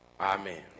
Amen